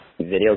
Video